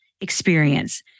experience